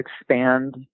expand